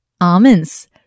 almonds